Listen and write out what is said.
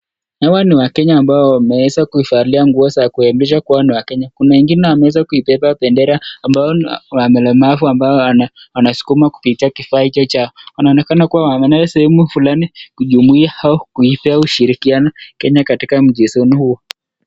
Hawa ni wakenye ambao wameweza kuivalia nguo za kuonyesha kuwa wao ni wakenye. Kuna wengine ambao wameweza kuibeba bendera ambao ni walemavu ambao wanasukumwa kupitia hicho kifaa chao. Wanaonekana kuwa wanaenda sehemu fulani kujumuika au kuipea ushirikiano kenya katika mchezo huo.